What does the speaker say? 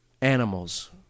animals